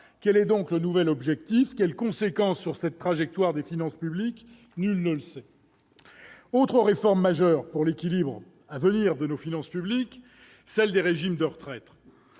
Quel est donc le nouvel objectif ? Quelles seront ses conséquences sur la trajectoire des finances publiques ? Nul ne le sait. S'y ajoute une autre réforme majeure pour l'équilibre à venir de nos finances publiques : celle des régimes de retraite.